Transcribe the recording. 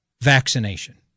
vaccination